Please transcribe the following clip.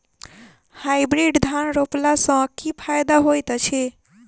Hybrid धान रोपला सँ की फायदा होइत अछि?